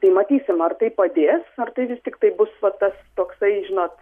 tai matysim ar tai padės ar tai vis tiktai bus va tas toksai žinot